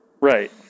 Right